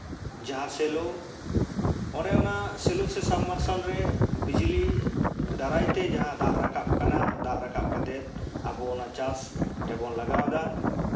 ᱡᱟᱦᱟᱸ ᱥᱮᱞᱚ ᱚᱱᱮ ᱚᱱᱟ ᱥᱮᱞᱚ ᱥᱮ ᱥᱟᱵᱽ ᱢᱟᱨᱥᱟᱞ ᱨᱮ ᱵᱤᱡᱽᱞᱤ ᱫᱟᱨᱟᱭ ᱛᱮ ᱡᱟᱦᱟᱸ ᱫᱟᱜ ᱨᱟᱠᱟᱵ ᱠᱟᱱᱟ ᱫᱟᱜ ᱨᱟᱠᱟᱵ ᱠᱟᱛᱮᱫ ᱟᱵᱚ ᱚᱱᱟ ᱪᱟᱥ ᱨᱮᱵᱚᱱ ᱞᱟᱜᱟᱣᱫᱟ